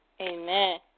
Amen